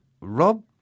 Rob